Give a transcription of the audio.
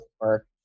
work